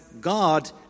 God